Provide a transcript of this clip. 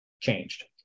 changed